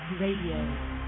Radio